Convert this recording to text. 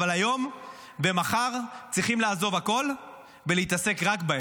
אבל היום ומחר צריכים לעזוב הכול ולהתעסק רק בהם.